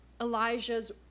Elijah's